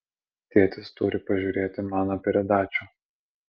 tėtis turi pažiūrėti mano peredačių